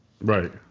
Right